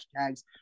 hashtags